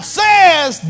says